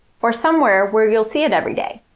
or somewhere where you'll see it every day.